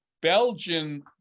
Belgian